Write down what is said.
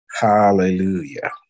Hallelujah